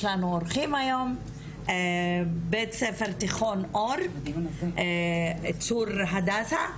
יש לנו אורחים היום, בית ספר אור מצור הדסה,